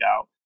out